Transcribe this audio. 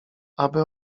aby